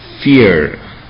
fear